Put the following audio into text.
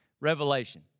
Revelation